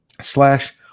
slash